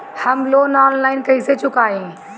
हम loan online कइसे चुकाई?